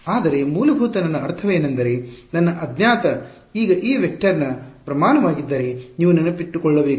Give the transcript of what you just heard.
ಆದರೆ ಮೂಲಭೂತ ನನ್ನ ಅರ್ಥವೇನೆಂದರೆ ನನ್ನ ಅಜ್ಞಾತ ಈಗ ಈ ವೆಕ್ಟರ್ನ ಪ್ರಮಾಣವಾಗಿದ್ದರೆ ನೀವು ನೆನಪಿನಲ್ಲಿಟ್ಟುಕೊಳ್ಳಬೇಕು